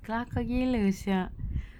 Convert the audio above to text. kelakar gila sia